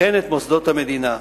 וכן את מוסדות המדינה.